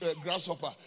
grasshopper